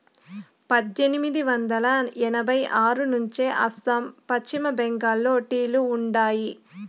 పద్దెనిమిది వందల ఎనభై ఆరు నుంచే అస్సాం, పశ్చిమ బెంగాల్లో టీ లు ఉండాయి